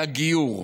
על הגיור.